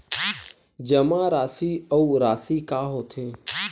जमा राशि अउ राशि का होथे?